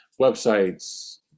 websites